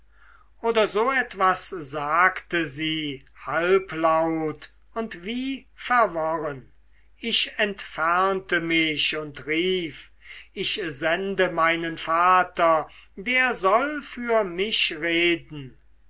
oder so etwas sagte sie halblaut und wie verworren ich entfernte mich und rief ich sende meinen vater der soll für mich reden